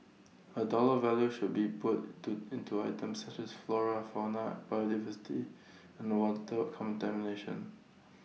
A dollar value should be put to into items such as flora fauna biodiversity and water contamination